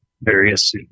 various